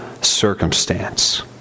circumstance